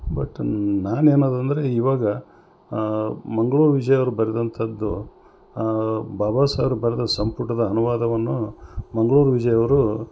but ನಾನು ಏನದು ಅಂದರೆ ಇವಾಗ ಮಂಗಳೂರು ವಿಜಯ್ ಅವರು ಬರೆದಂಥದ್ದು ಬಾಬಾ ಸರ್ ಬರೆದ ಸಂಪುಟದ ಅನುವಾದವನ್ನು ಮಂಗಳೂರು ವಿಜಯ್ ಅವರು